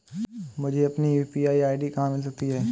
मुझे अपनी UPI ID कहां मिल सकती है?